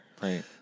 Right